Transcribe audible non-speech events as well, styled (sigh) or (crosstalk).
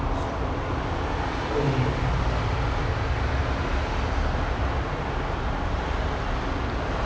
(noise)